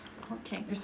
okay